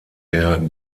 der